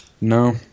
No